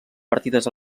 partides